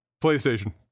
Playstation